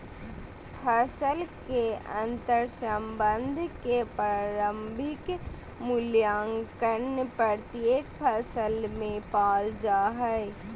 फसल के अंतर्संबंध के प्रारंभिक मूल्यांकन प्रत्येक फसल में पाल जा हइ